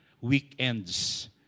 weekends